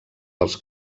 dels